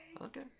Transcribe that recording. Okay